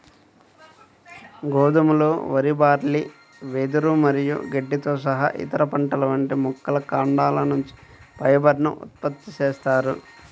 గోధుమలు, వరి, బార్లీ, వెదురు మరియు గడ్డితో సహా ఇతర పంటల వంటి మొక్కల కాండాల నుంచి ఫైబర్ ను ఉత్పత్తి చేస్తారు